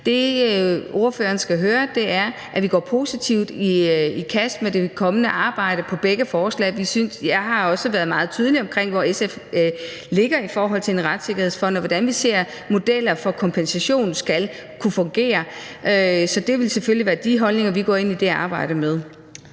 Det, ordføreren skal høre, er, at vi giver os positivt i kast med det kommende arbejde med begge forslag. Jeg har også været meget tydelig om, hvor SF ligger i forhold til en retssikkerhedsfond, og hvordan vi ser på at modeller for kompensation skal kunne fungere. Så det vil selvfølgelig være de holdninger, vi går ind i det arbejde med.